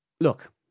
Look